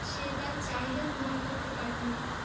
সে তার চাহিদা পূরণ করতে পারবে না